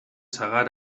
sagar